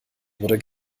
wurde